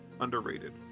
Underrated